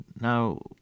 now